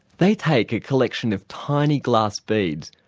they take a collection of tiny glass beads,